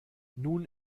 nun